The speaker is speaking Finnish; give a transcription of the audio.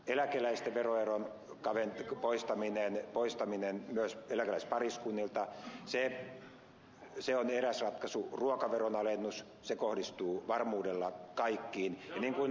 eläkeläisten veroeron poistaminen myös eläkeläispariskunnilta on eräs ratkaisu ruokaveron alennus se kohdistuu varmuudella kaikkiin ja niin kuin ed